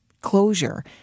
closure